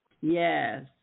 Yes